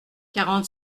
quarante